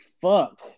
fuck